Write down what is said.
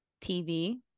TV